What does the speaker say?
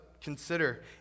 consider